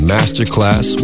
Masterclass